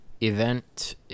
event